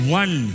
one